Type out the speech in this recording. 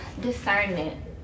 discernment